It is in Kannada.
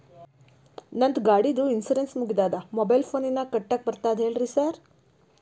ನಂದ್ ಗಾಡಿದು ಇನ್ಶೂರೆನ್ಸ್ ಮುಗಿದದ ಮೊಬೈಲ್ ಫೋನಿನಾಗ್ ಕಟ್ಟಾಕ್ ಬರ್ತದ ಹೇಳ್ರಿ ಸಾರ್?